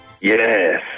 Yes